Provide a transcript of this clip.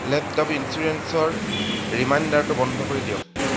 laptop ইঞ্চুৰেঞ্চৰ ৰিমাইণ্ডাৰটো বন্ধ কৰি দিয়ক